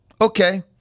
Okay